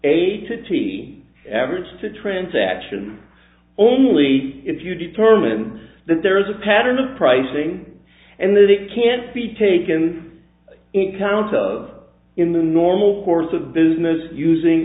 a city average to transaction only if you determine that there is a pattern of pricing and that it can't be taken in account of in the normal course of business using